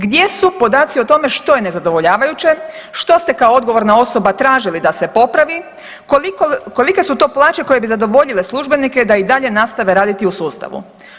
Gdje su podaci o tome što je nezadovoljavajuće, što ste kao odgovorna osoba tražili da se popravi, kolike su to plaće koje bi zadovoljile službenike da i dalje nastave raditi u sustavu?